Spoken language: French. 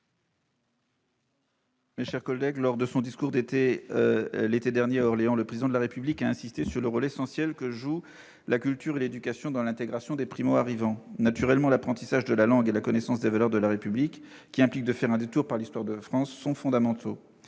discours qu'il a prononcé l'été dernier à Orléans, le Président de la République a insisté sur le rôle essentiel que jouent la culture et l'éducation dans l'intégration des primo-arrivants. Naturellement, l'apprentissage de la langue et la connaissance des valeurs de la République, qui impliquent de faire un détour par l'histoire de France, sont fondamentaux.